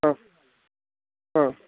হ্যাঁ হ্যাঁ